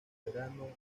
verano